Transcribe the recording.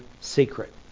secret